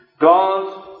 God